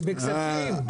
היא בכספים.